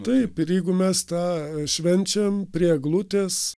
taip ir jeigu mes tą švenčiam prie eglutės